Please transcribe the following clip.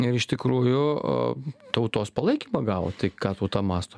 ir iš tikrųjų tautos palaikymą gavo tai ką tauta mąsto